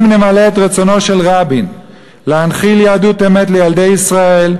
אם נמלא את רצונו של רבין להנחיל יהדות אמת לילדי ישראל,